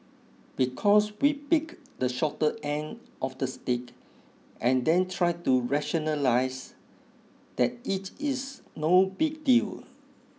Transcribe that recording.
because we picked the shorter end of the stick and then tried to rationalise that it is no big deal